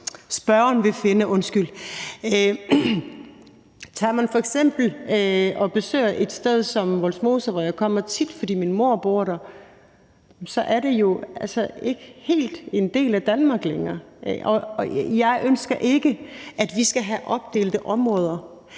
spørgeren vil finde. Tager man f.eks. og besøger et sted som Vollsmose, hvor jeg tit kommer, fordi min mor bor der, så kan man jo altså se, at det ikke helt er en del af Danmark længere, og jeg ønsker ikke, at vi skal have opdelte områder.